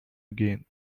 again